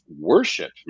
worship